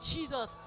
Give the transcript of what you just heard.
Jesus